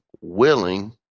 willing